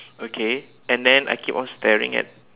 okay and then I keep on staring at